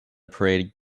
parade